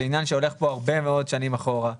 עניין שהולך כבר הרבה מאוד שנים אחורה,